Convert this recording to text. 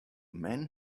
man